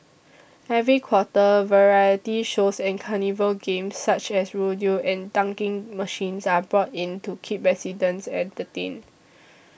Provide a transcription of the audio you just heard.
every quarter variety shows and carnival games such as rodeo and dunking machines are brought in to keep residents entertained